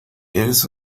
eres